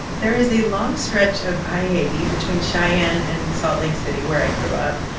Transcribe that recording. there is a long stretch of i ah eighty between cheyenne and salt lake city, where i grew up,